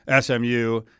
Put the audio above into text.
SMU